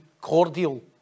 cordial